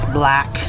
black